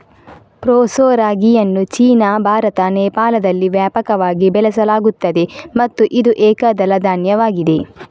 proso ರಾಗಿಯನ್ನು China, Bharat, ನೇಪಾಳದಲ್ಲಿ ವ್ಯಾಪಕವಾಗಿ ಬೆಳೆಸಲಾಗುತ್ತದೆ ಮತ್ತು ಇದು ಏಕದಳ ಧಾನ್ಯವಾಗಿದೆ